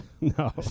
No